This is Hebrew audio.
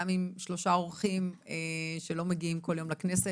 שלושה אורחים שלא מגיעים כל יום לכנסת,